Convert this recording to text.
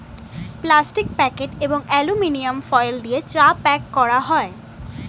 plastic packet এবং aluminium foil দিয়ে চা প্যাক করা হয়